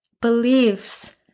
beliefs